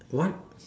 what